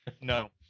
No